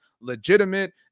legitimate